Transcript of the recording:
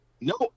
No